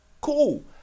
Cool